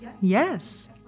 Yes